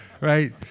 right